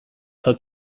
hat